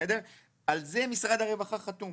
על זה משרד הרווחה חתום.